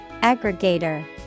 Aggregator